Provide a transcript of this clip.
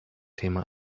thema